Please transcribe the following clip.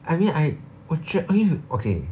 I mean I 我觉 I mean okay